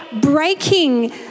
breaking